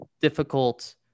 difficult